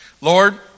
Lord